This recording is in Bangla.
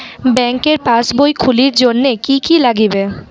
ব্যাঙ্কের পাসবই খুলির জন্যে কি কি নাগিবে?